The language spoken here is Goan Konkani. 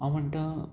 हांव म्हणटा